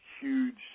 huge